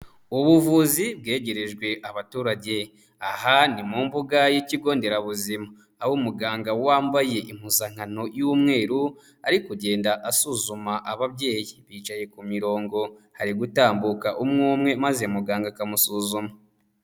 Ubuvuzi bwegerejwe abaturage, aha ni mu mbuga y'ikigo nderabuzima, aho umuganga wambaye impuzankano y'umweru ari kugenda asuzuma ababyeyi bicaye ku mirongo, hari gutambuka umwe umwe maze muganga akamusuzuma.